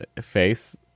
face